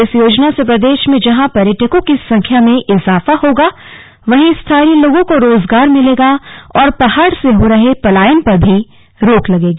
इस योजना से प्रदेश में जहां पर्यटकों की संख्या में इजाफा होगा वहीं स्थानीय लोंगो को रोजगार मिलेगा और पहाड़ से हो रहे पलायन पर भी रोक लगेगी